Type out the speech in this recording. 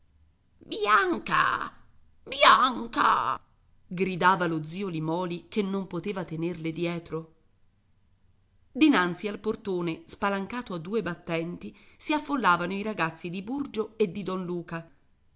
bianca bianca gridava lo zio limòli che non poteva tenerle dietro dinanzi al portone spalancato a due battenti si affollavano i ragazzi di burgio e di don luca